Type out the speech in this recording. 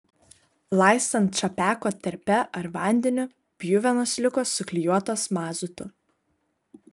laistant čapeko terpe ar vandeniu pjuvenos liko suklijuotos mazutu